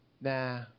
nah